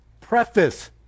preface